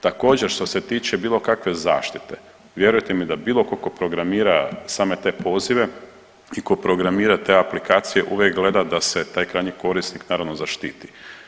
Također što se tiče bilo kakve zaštite, vjerujte mi da bilo tko ko programira same te poziva i ko programira te aplikacije uvijek gleda da se taj krajnji korisnik naravno zaštiti.